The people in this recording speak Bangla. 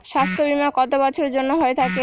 স্বাস্থ্যবীমা কত বছরের জন্য হয়ে থাকে?